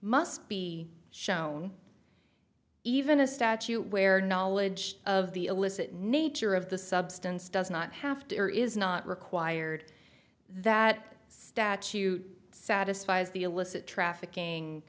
must be shown even a statute where knowledge of the illicit nature of the substance does not have to or is not required that statute satisfies the illicit